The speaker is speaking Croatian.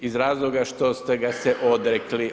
Iz razloga što ste ga se odrekli.